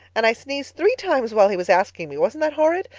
and i sneezed three times while he was asking me. wasn't that horrid?